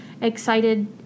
excited